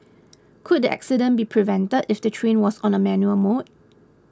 could the accident be prevented if the train was on a manual mode